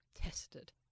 tested